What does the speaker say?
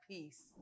Peace